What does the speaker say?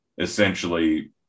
essentially